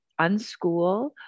unschool